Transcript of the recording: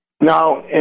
Now